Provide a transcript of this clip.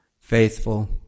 faithful